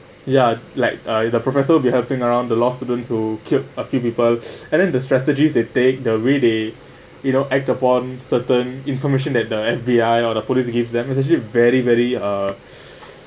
ya like uh the professor helping around the law students who killed uh kill people and then the strategies they take the way they you know act upon certain information that the F_B_I or police that give them it's actually very very uh